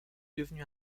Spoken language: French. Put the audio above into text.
devenu